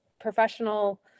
professional